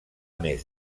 més